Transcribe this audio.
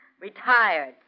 Retired